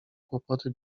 kłopoty